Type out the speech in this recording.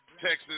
Texas